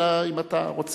אלא אם כן אתה רוצה.